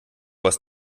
was